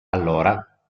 allora